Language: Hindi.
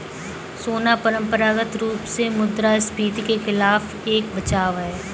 सोना परंपरागत रूप से मुद्रास्फीति के खिलाफ एक बचाव है